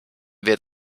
wird